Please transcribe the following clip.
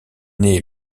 née